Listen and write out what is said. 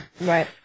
Right